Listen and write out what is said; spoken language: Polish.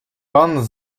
pan